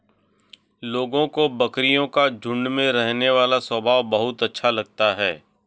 लोगों को बकरियों का झुंड में रहने वाला स्वभाव बहुत अच्छा लगता है